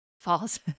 false